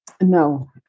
No